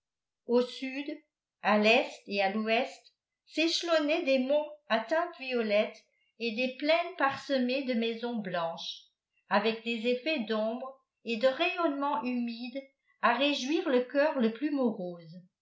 au sud à l'est et à l'ouest s'échelonnaient des monts à teinte violette et des plaines parsemées de maisons blanches avec des effets d'ombres et de rayonnements humides à réjouir le cœur le plus morose